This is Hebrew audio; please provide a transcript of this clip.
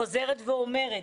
חוזרת ואומרת,